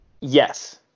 Yes